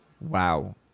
Wow